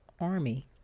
Army